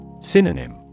Synonym